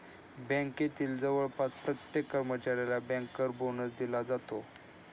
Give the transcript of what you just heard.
बँकेतील जवळपास प्रत्येक कर्मचाऱ्याला बँकर बोनस दिला जातो